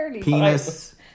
Penis